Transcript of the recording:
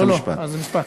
אה, זה משפט.